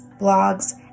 blogs